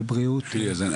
מאחל בריאות לכולם.